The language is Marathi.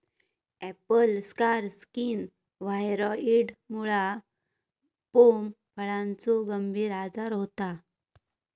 ॲपल स्कार स्किन व्हायरॉइडमुळा पोम फळाचो गंभीर आजार होता